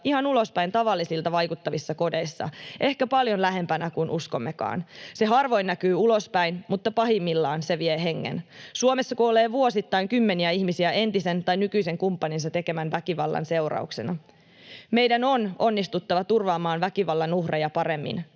ihan tavallisilta vaikuttavissa kodeissa, ehkä paljon lähempänä kuin uskommekaan. Se harvoin näkyy ulospäin, mutta pahimmillaan se vie hengen. Suomessa kuolee vuosittain kymmeniä ihmisiä entisen tai nykyisen kumppaninsa tekemän väkivallan seurauksena. Meidän on onnistuttava turvaamaan väkivallan uhreja paremmin.